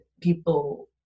people